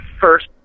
first